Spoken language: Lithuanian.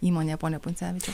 įmonė pone pundzevičiau